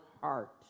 heart